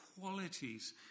qualities